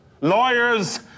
Lawyers